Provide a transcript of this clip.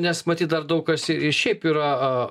nes matyt dar daug kas į šiaip yra